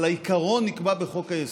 אבל העיקרון נקבע בחוק-היסוד.